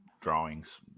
drawings